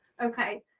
Okay